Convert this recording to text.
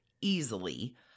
easily